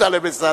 טלב אלסאנע,